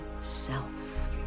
self